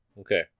Okay